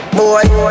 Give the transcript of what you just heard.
Boy